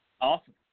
Awesome